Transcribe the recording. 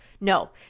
no